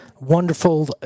wonderful